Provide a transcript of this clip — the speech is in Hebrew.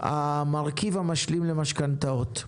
המרכיב המשלים למשכנתאות.